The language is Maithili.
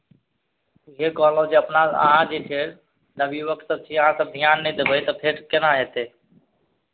जे कहलहुँ जे अपना अहाँ जे छै नवयुवकसभ छी अहाँसभ ध्यान नहि देबै तऽ फेर केना हेतै